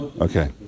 okay